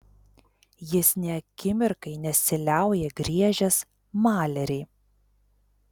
jis nė akimirkai nesiliauja griežęs malerį